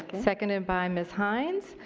seconds by miss hynes.